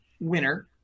winner